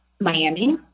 Miami